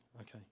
Okay